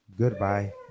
Goodbye